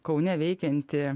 kaune veikiantį